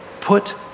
Put